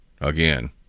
Again